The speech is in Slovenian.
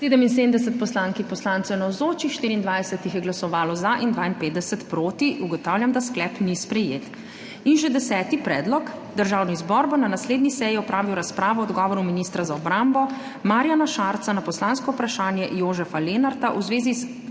je glasovalo za in 52 proti. (Za je glasovalo 24.) (Proti 52.) Ugotavljam, da sklep ni sprejet. In še deseti predlog: Državni zbor bo na naslednji seji opravil razpravo o odgovoru ministra za obrambo Marjana Šarca na poslansko vprašanje Jožefa Lenarta v zvezi s